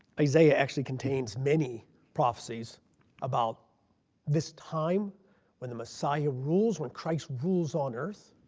isaiah actually contains many prophecies about this time when the messiah rules. when christ rules on earth.